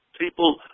people